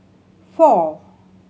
four